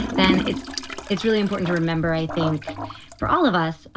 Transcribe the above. then it's it's really important to remember, i think for all of us.